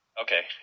okay